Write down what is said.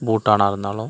பூட்டானாக இருந்தாலும்